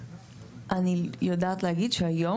אני יודעת להגיד שהיום,